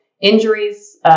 injuries